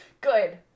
good